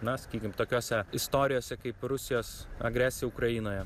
na sakykim tokiose istorijose kaip rusijos agresija ukrainoje